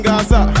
Gaza